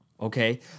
okay